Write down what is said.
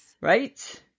Right